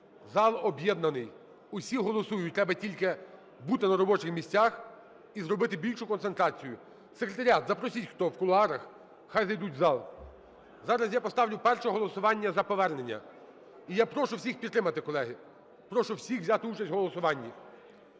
Зал об'єднаний. Всі голосують, треба тільки бути на робочих місцях і зробити більшу концентрацію. Секретаріат, запросіть, хто в кулуарах, хай зайдуть в зал. Зараз я поставлю перше голосування за повернення. І я прошу всіх підтримати, колеги. Прошу всіх взяти участь в голосуванні.